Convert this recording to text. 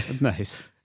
Nice